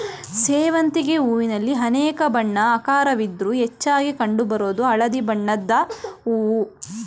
ಸೇವಂತಿಗೆ ಹೂವಿನಲ್ಲಿ ಅನೇಕ ಬಣ್ಣ ಆಕಾರವಿದ್ರೂ ಹೆಚ್ಚಾಗಿ ಕಂಡು ಬರೋದು ಹಳದಿ ಬಣ್ಣದ್ ಹೂವು